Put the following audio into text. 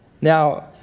Now